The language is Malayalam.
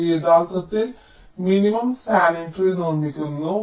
ഇത് യഥാർത്ഥത്തിൽ മിനിമം സ്പാനിംഗ് ട്രീ നിർമ്മിക്കുന്നു